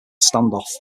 standoff